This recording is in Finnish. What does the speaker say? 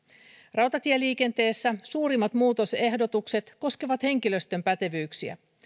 rautatieliikenteessä suurimmat muutosehdotukset koskevat henkilöstön pätevyyksiä